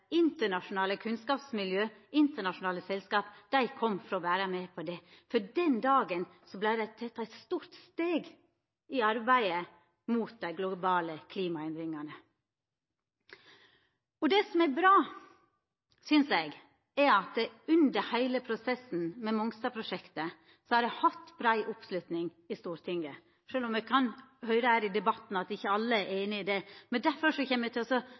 internasjonale kunnskapsmiljø og internasjonale selskap for å vera med på det, for den dagen vart det teke eit stort seg i arbeidet mot dei globale klimaendringane. Det som er bra, synest eg, er at det under heile prosessen med Mongstad-prosjektet, har vore brei oppslutning i Stortinget, sjølv om ein kan høyra her i debatten at ikkje alle er einige i det. Derfor kjem eg til